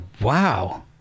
wow